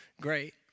great